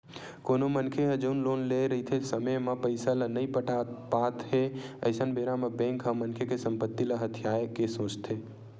कोनो मनखे ह जउन लोन लेए रहिथे समे म पइसा ल नइ पटा पात हे अइसन बेरा म बेंक ह मनखे के संपत्ति ल हथियाये के सोचथे